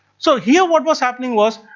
so here what was happening was,